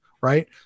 right